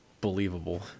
believable